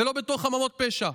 ולא בתוך חממות פשע.